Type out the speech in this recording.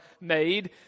made